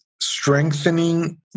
strengthening